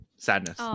Sadness